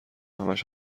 همش